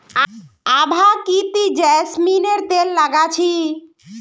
आभा की ती जैस्मिनेर तेल लगा छि